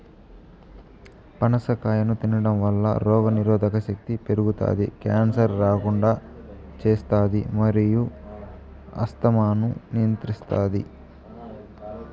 పనస కాయను తినడంవల్ల రోగనిరోధక శక్తి పెరుగుతాది, క్యాన్సర్ రాకుండా చేస్తాది మరియు ఆస్తమాను నియంత్రిస్తాది